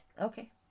Okay